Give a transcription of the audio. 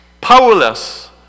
powerless